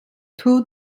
tour